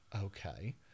okay